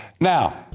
Now